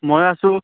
মই আছোঁ